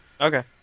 Okay